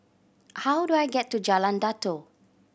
how do I get to Jalan Datoh